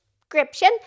description